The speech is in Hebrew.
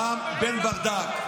פעם אחת, פעם אחת.